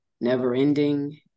never-ending